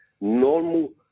normal